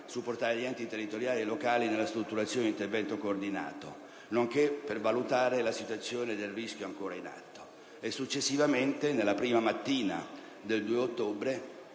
supportare gli enti territoriali e locali nella strutturazione di intervento coordinato nonché per valutare la situazione del rischio ancora in atto. Successivamente, nella prima mattina del 2 ottobre,